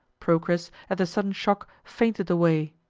procris, at the sudden shock, fainted away.